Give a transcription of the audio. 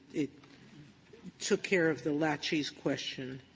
it took care of the laches question.